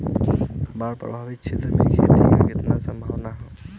बाढ़ प्रभावित क्षेत्र में खेती क कितना सम्भावना हैं?